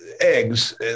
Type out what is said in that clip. eggs